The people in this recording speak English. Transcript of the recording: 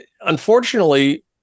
unfortunately